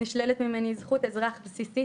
נשללת ממני זכות אזרח בסיסית,